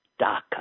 DACA